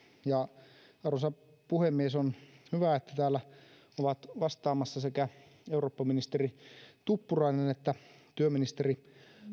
ja arvoisa puhemies on hyvä että täällä ovat vastaamassa sekä eurooppaministeri tuppurainen että työministeri